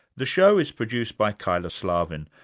the show is produced by kyla slaven